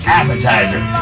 appetizer